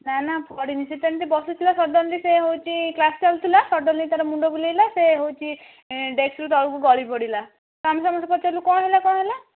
ନା ନା ପଡ଼ିନି ସେ ତ ଏମିତି ବସିଥିଲା ସଡ଼ନଲ୍ଲି ସେ ହଉଛି କ୍ଲାସ ଚାଲିଥିଲା ସଡ଼ନଲ୍ଲି ତାର ମୁଣ୍ଡ ବୁଲାଇଲା ସେ ହଉଛି ଡ଼େସ୍କରୁ ତଳକୁ ଗଳି ପଡ଼ିଲା ଆମେ ସମସ୍ତେ ପଚାରିଲୁ କଣ ହେଲା କଣ ହେଲା